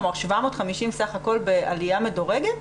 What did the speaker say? כלומר 750 בסך הכל בעליה מדורגת?